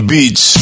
Beats